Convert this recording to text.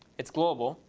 it's global.